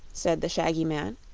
said the shaggy man.